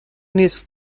نیست